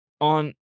On